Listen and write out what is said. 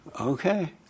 Okay